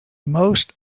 most